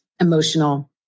emotional